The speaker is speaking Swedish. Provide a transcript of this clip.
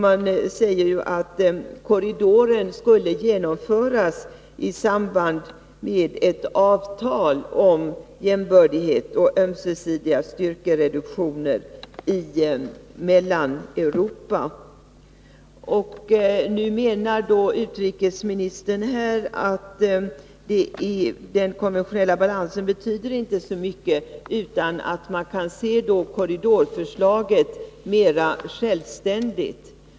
Man säger att korridoren skulle genomföras i samband med ett avtal om jämbördighet och ömsesidiga styrkereduktioner i Mellaneuropa. Nu menar utrikesministern att den konventionella balansen inte betyder så mycket utan att man kan se korridorförslaget mer självständigt.